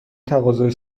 تقاضای